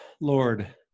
Lord